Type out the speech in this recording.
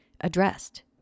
addressed